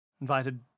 Invited